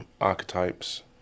archetypes